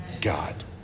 God